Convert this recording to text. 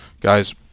guys